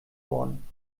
worden